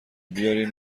بیارین